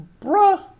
Bruh